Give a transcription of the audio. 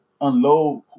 unload